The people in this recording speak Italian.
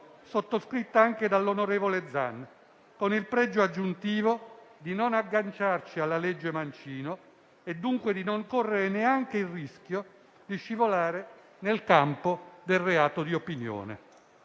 sottoscritta anche dall'onorevole Zan, con il pregio aggiuntivo di non agganciarsi alla legge Mancino e dunque di non correre neanche il rischio di scivolare nel campo del reato di opinione.